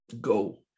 go